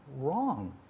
wrong